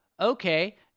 Okay